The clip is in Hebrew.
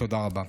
תודה רבה.